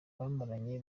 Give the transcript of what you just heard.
bamaranye